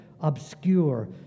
obscure